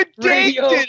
radio